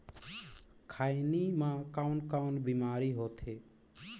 खैनी म कौन कौन बीमारी होथे?